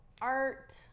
Art